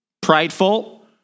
prideful